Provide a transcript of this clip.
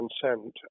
consent